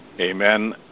amen